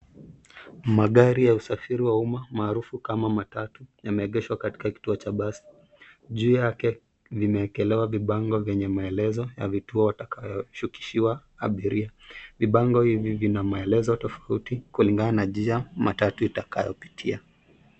Magari ya usafiri wa umma maarufu kama matatu yameegeshwa katika kituo cha basi. Juu yake limeekelewa vibango vyenye maelezo ya vituo watakayoshukishiwa abiria. Vibango hivi vina maelezo tofauti kulingana na njia matatu itakayopitia.